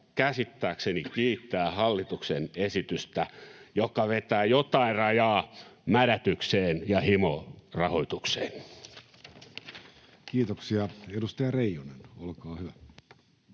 käsittääkseni kiittää hallituksen esitystä, joka vetää jotain rajaa mädätykseen ja himorahoitukseen. Kiitoksia. — Edustaja Reijonen, olkaa hyvä.